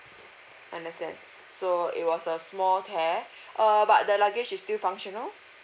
understand so it was a small tear uh but the luggage is still functional